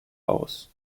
aus